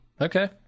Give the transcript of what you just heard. okay